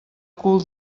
cul